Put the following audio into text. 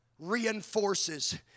reinforces